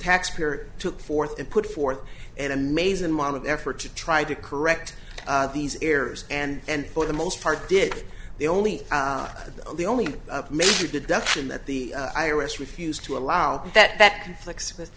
taxpayer took forth and put forth an amazing amount of effort to try to correct these errors and for the most part did the only the only major deduction that the i r s refused to allow that that conflicts with